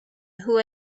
who